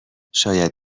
شاید